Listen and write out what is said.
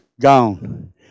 gone